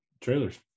trailers